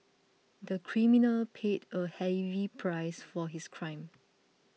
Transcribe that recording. the criminal paid a heavy price for his crime